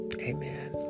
Amen